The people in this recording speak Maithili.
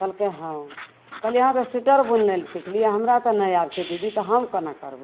कहलकै हँ कहलिए अहाँ तऽ सोइटर बुनै ले सिखलिए हमरा तऽ नहि आबै छै दीदी तऽ हम कोना करबै